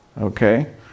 Okay